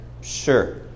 sure